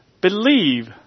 believe